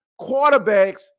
quarterbacks